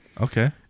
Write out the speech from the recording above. Okay